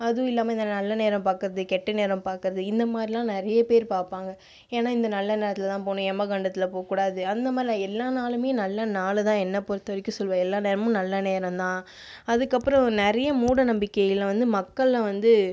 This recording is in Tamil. அதுவும் இல்லாமல் இந்த நல்ல நேரம் பார்க்குறது கெட்ட நேரம் பார்க்குறது இந்த மாதிரிலாம் நிறைய பேர் பார்ப்பாங்க ஏன்னால் இந்த நல்ல நேரத்தில் தான் போகணும் எம கண்டத்தில் போககூடாது அந்த மாதிரில்ல எல்லா நாளுமே நல்ல நாள் தான் என்ன பொருத்த வரைக்கும் சொல்லுவேன் எல்லா நேரமும் நல்ல நேரம் தான் அதுக்கப்புறம் நிறைய மூடநம்பிக்கைகளில் வந்து மக்களில் வந்து